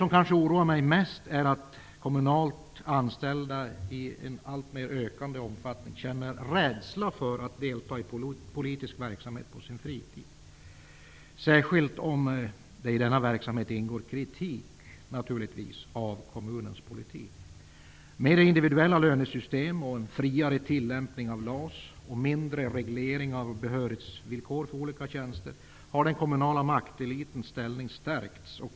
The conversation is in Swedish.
Det som oroar mig mest är nog att kommunalt anställda i allt större omfattning känner rädsla för att på sin fritid delta i politisk verksamhet, särskilt -- naturligtvis -- om det i denna verksamhet ingår kritik mot kommunens politik. Med individuella lönesystem och en friare tillämpning av LAS samt med mindre av regleringar av behörighetsvillkor för olika tjänster har den kommunala maktelitens ställning stärkts.